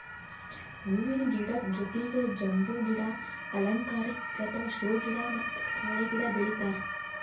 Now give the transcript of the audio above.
ಹೂವಿನ ಗಿಡದ್ ಜೊತಿಗ್ ಬಂಬೂ ಗಿಡ, ಅಲಂಕಾರಿಕ್ ಅಥವಾ ಷೋ ಗಿಡ ಮತ್ತ್ ತಾಳೆ ಗಿಡ ಬೆಳಿತಾರ್